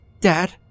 Dad